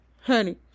honey